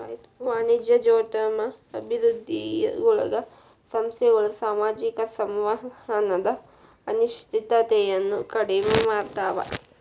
ವಾಣಿಜ್ಯೋದ್ಯಮ ಅಭಿವೃದ್ಧಿಯೊಳಗ ಸಂಸ್ಥೆಗಳ ಸಾಮಾಜಿಕ ಸಂವಹನದ ಅನಿಶ್ಚಿತತೆಯನ್ನ ಕಡಿಮೆ ಮಾಡ್ತವಾ